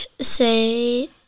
say